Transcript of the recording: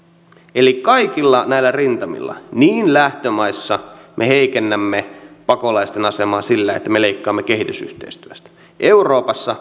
eli kaikilla näillä rintamilla heikennetään lähtömaissa me heikennämme pakolaisten asemaa sillä että me leikkaamme kehitysyhteistyöstä euroopassa